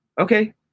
Okay